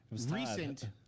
recent